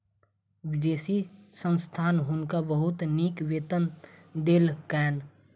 विदेशी संस्था हुनका बहुत नीक वेतन देलकैन